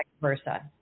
versa